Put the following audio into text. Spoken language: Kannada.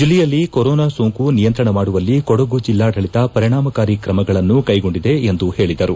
ಜಿಲ್ಲೆಯಲ್ಲಿ ಕೊರೋನಾ ಸೋಂಕು ನಿಯಂತ್ರಣ ಮಾಡುವಲ್ಲಿ ಕೊಡಗು ಜಿಲ್ಲಾಡಳಿತ ಪರಿಣಾಮಕಾರಿ ಕ್ರಮಗಳನ್ನು ಕ್ಲೆಗೊಂಡಿದೆ ಎಂದು ಹೇಳಿದರು